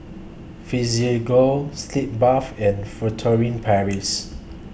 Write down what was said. Physiogel Sitz Bath and Furtere Paris